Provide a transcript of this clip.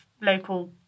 local